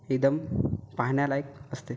एकदम पाहण्यालायक असते